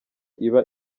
iba